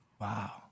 Wow